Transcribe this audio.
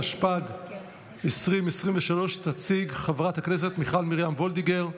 התשפ"ג 2023. תציג חברת הכנסת מיכל מרים וולדיגר,